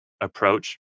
approach